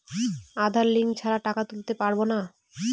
আধার link ছাড়া টাকা তুলতে পারব না?